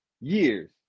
years